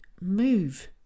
move